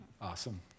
Awesome